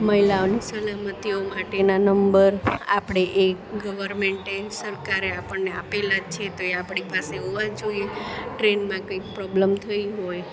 મહિલાઓની સલામતીઓ માટેના નંબર આપણે એ ગવર્મેન્ટે સરકારે આપણને આપેલા જ છે તો એ આપણી પાસે હોવા જોઈએ ટ્રેનમાં કંઈક પ્રોબલમ થઈ હોય